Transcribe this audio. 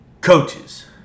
coaches